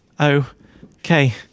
okay